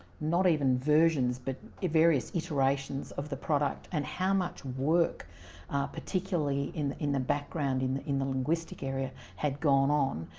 not even versions, but various iterations of the product and how much work particularly in in the background, in the in the linguistic area, had gone on.